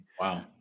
Wow